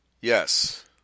Yes